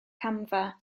camfa